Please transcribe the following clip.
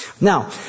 Now